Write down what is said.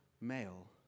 male